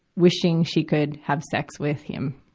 wishing she could have sex with him.